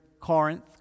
Corinth